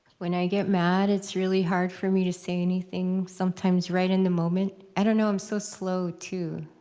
when i get mad, it's really hard for me to say anything, sometimes, right in the moment. i don't know. i'm so slow, too.